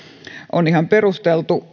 on ihan perusteltu